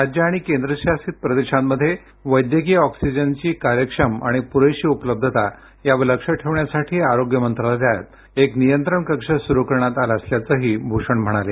राज्ये आणि केंद्रशासित प्रदेशांमध्ये वैद्यकीय ऑक्सिजनची कार्यक्षम आणि पुरेशी उपलब्धता यावर लक्ष ठेवण्यासाठी आरोग्य मंत्रालयात एक नियंत्रण कक्ष सुरू करण्यात आला असल्याचंही भूषण म्हणाले